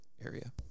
area